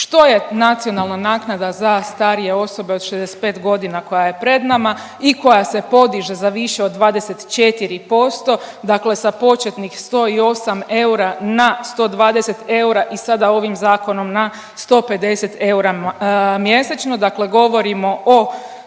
Što je nacionalna naknada za starije osobe od 65.g. koja je pred nama i koja se podiže za više od 24%, dakle sa početnih 108 eura na 120 eura i sada ovim zakonom na 150 eura mjesečno? Dakle govorimo o